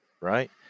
Right